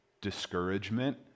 discouragement